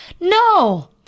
No